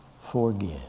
forgive